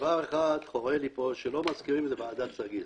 דבר אחד חורה לי פה שלא מזכירים את ועדת סגיס.